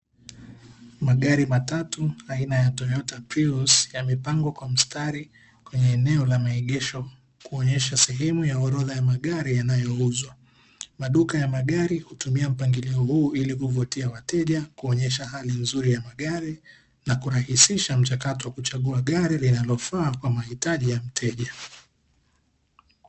Magari matatu aina ya toyota prius ya mipango kwa mstari kwenye eneo la maegesho kuonyesha sehemu ya orodha ya magari yanayoyouzwa maduka ya magari, kutumia mpangilio huu ili kuvutia wateja kuonyesha hali nzuri ya magari na kurahisisha mchakato wa kuchagua gari linalofaa kwa mahitaji ya mteja.